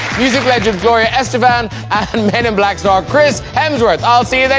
music legends, gloria estefan and hidden black star chris hemsworth i'll see